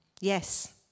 Yes